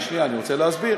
רק שנייה, אני רוצה להסביר.